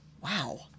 Wow